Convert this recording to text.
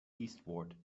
eastward